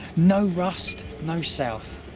no rust. no south.